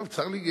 גם צר לי,